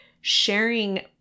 sharing